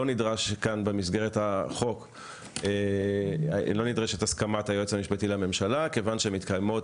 לא נדרשת כאן במסגרת החוק הסכמת היועץ המשפטי לממשלה כיוון שמתקיימות